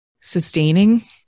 sustaining